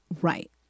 Right